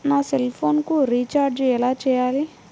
నా సెల్ఫోన్కు రీచార్జ్ ఎలా చేయాలి?